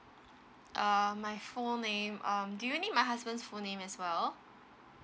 err my full name um do you need my husband's full name as well